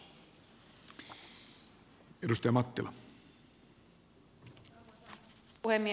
arvoisa puhemies